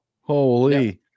Holy